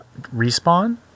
Respawn